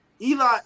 Eli